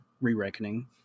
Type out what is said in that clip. Re-Reckoning